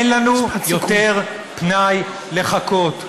אין לנו יותר פנאי לחכות.